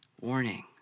warning